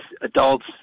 adults